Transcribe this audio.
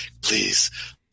please